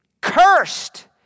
Cursed